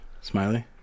Smiley